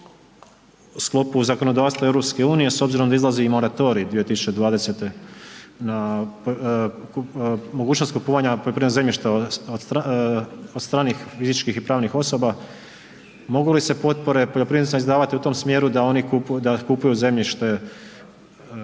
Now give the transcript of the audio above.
sklopu zakonodavstva EU s obzirom da izlazi i moratorij 2020. na mogućnost kupovanja poljoprivrednog zemljišta od stranih fizičkih i pravnih osoba, mogu se potpore poljoprivrednicima izdavati u tom smjeru da oni kupuju zemljište,